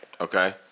Okay